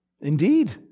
indeed